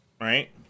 right